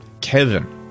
Kevin